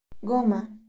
goma